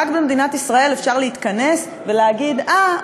ורק במדינת ישראל אפשר להתכנס ולהגיד: אה,